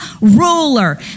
ruler